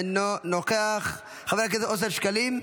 אינו נוכח, חבר הכנסת אושר שקלים,